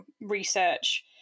research